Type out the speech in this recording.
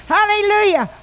Hallelujah